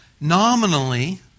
nominally